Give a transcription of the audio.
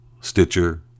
Stitcher